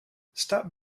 stop